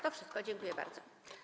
To wszystko, dziękuję bardzo.